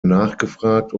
nachgefragt